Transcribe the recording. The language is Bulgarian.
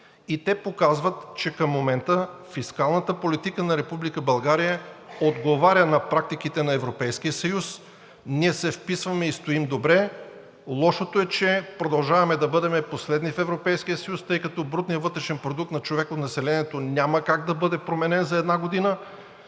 Те показват, че към момента фискалната политика на Република България отговаря на практиките на Европейския съюз. Ние се вписваме и стоим добре, лошото е, че продължаваме да бъдем последни в Европейския съюз, тъй като брутният вътрешен продукт на човек от населението няма как да бъде променен за една година.